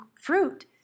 fruit